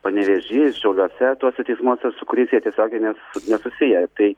panevėžy šiauliuose tuose teismuose su kuriais jie tiesiogiai nesu nesusiję tai